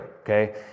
okay